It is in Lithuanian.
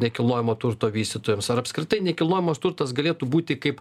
nekilnojamo turto vystytojams ar apskritai nekilnojamas turtas galėtų būti kaip